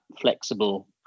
flexible